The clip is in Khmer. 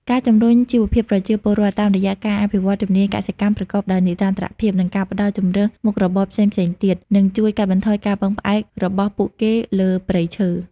ការជំរុញជីវភាពប្រជាពលរដ្ឋ តាមរយៈការអភិវឌ្ឍជំនាញកសិកម្មប្រកបដោយនិរន្តរភាព និងការផ្តល់ជម្រើសមុខរបរផ្សេងៗទៀត នឹងជួយកាត់បន្ថយការពឹងផ្អែករបស់ពួកគេលើព្រៃឈើ។